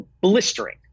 blistering